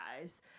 guys